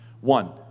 one